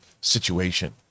situation